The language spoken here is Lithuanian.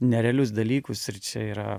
nerealius dalykus ir čia yra